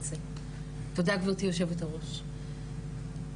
גברתי יושבת הראש,